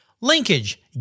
Linkage